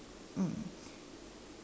mm